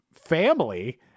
family